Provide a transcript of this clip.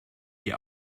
die